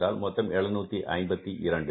என்றால் மொத்தம் 752